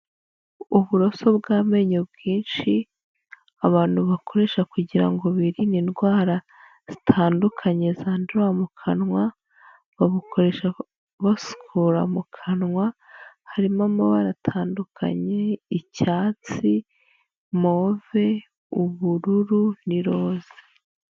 Uburoso bw'amenyo bwinshi abantu bakoresha kugira ngo birinde indwara zitandukanye zandurira mu kanwa, babukoresha basukura mu kanwa harimo amabara atandukanye, icyatsi move, ubururu, n'iroza.